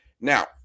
Now